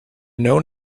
known